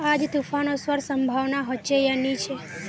आज तूफ़ान ओसवार संभावना होचे या नी छे?